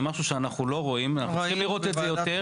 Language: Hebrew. זה משהו שאנחנו לא רואים ואנחנו צריכים לראות את זה יותר.